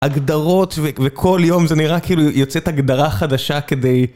הגדרות וכל יום זה נראה כאילו יוצאת הגדרה חדשה כדי...